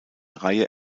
reihe